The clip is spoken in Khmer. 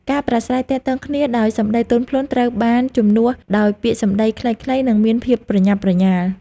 ការប្រាស្រ័យទាក់ទងគ្នាដោយសម្តីទន់ភ្លន់ត្រូវបានជំនួសដោយពាក្យសម្តីខ្លីៗ និងមានភាពប្រញាប់ប្រញាល់។